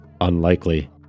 Unlikely